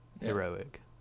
heroic